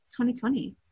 2020